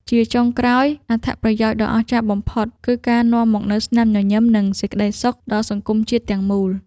ជាចុងក្រោយ អត្ថប្រយោជន៍ដ៏អស្ចារ្យបំផុតគឺការនាំមកនូវ ស្នាមញញឹម និងសេចក្ដីសុខ ដល់សង្គមជាតិទាំងមូល។